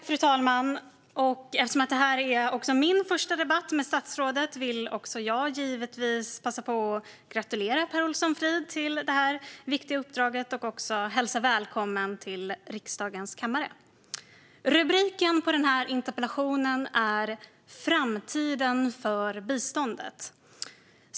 Fru talman! Eftersom detta är även min första debatt med statsrådet vill givetvis jag också passa på att gratulera Per Olsson Fridh till det här viktiga uppdraget och hälsa honom välkommen till riksdagens kammare. Rubriken på interpellationen är Framtiden för biståndet .